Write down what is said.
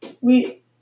we-